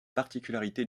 particularité